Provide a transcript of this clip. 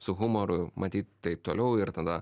su humoru matyt taip toliau ir tada